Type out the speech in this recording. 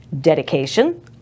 dedication